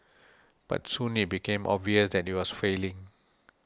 but soon it became obvious that it was failing